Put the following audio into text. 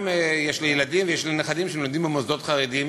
גם יש לי ילדים ויש לי נכדים שלומדים במוסדות חרדיים.